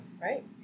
right